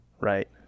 right